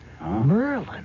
Merlin